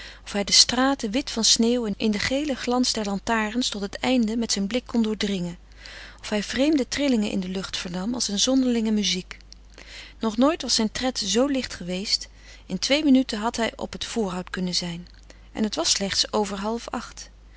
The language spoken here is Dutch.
of hij de straten wit van sneeuw in den gelen glans der lantaarns tot het einde met zijn blik kon doordringen of hij vreemde trillingen in de lucht vernam als een zonderlinge muziek nog nooit was zijn tred zoo licht geweest in twee minuten had hij op het voorhout kunnen zijn en het was slechts over half acht